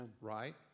Right